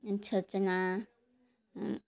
ଛଚିନ୍ଦ୍ରା